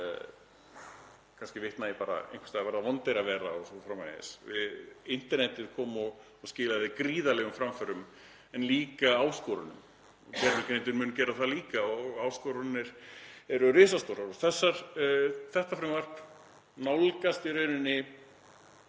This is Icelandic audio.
Kannski vitna ég bara í að einhvers staðar verða vondir að vera o.s.frv. Internetið kom og skilaði gríðarlegum framförum en líka áskorunum. Gervigreindin mun gera það líka og áskoranir eru risastórar og þetta frumvarp nálgast í rauninni